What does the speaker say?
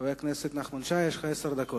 חבר הכנסת נחמן שי, יש לך עשר דקות.